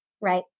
Right